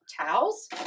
towels